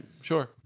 sure